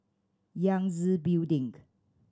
Yangtze Building